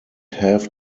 have